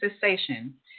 cessation